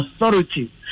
Authority